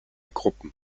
gruppen